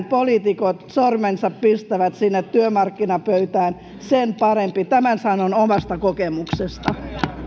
poliitikot sormensa pistävät sinne työmarkkinapöytään sen parempi tämän sanon omasta kokemuksesta